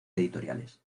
editoriales